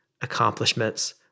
accomplishments